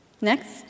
Next